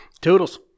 toodles